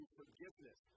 forgiveness